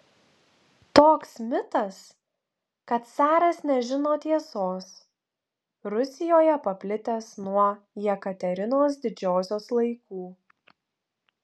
toks mitas kad caras nežino tiesos rusijoje paplitęs nuo jekaterinos didžiosios laikų